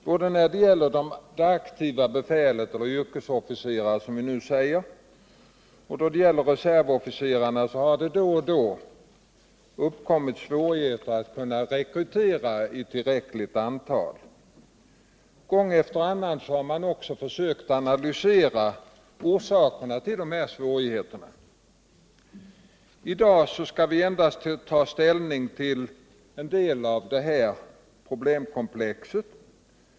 Både när det gäller det aktiva befälet — eller yrkesofficerarna som vi nu säger — och när det gäller reservofficerarna har det då och då uppstått svårigheter att rekrytera i tillräckligt antal. Gång efter annan har man också försökt analysera orsakerna till dessa svårigheter. I dag skall vi ta ställning till endast en del av detta problemkomplex.